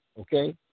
okay